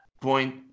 point